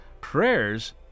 prayers